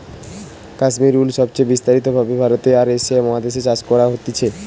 কাশ্মীর উল সবচে বিস্তারিত ভাবে ভারতে আর এশিয়া মহাদেশ এ চাষ করা হতিছে